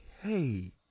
hey